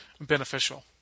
beneficial